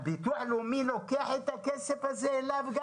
הביטוח הלאומי לוקח את הכסף הזה אליו.